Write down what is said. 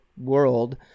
world